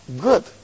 Good